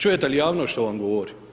Čujete li javnost što vam govori?